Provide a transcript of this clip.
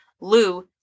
Lou